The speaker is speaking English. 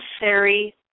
necessary